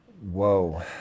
Whoa